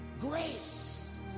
grace